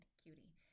cutie